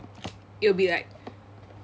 it'll be like